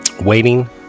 Waiting